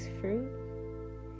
fruit